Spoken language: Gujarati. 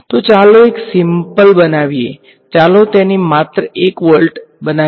તો ચાલો તેને સીઁમ્પલ બનાવીયે ચાલો તેને માત્ર 1 વોલ્ટ બનાવીએ